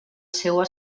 seua